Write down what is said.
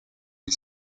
his